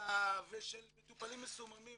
זליגה ושל מטופלים מסוממים